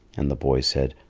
and the boy said,